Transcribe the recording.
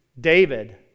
David